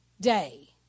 day